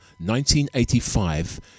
1985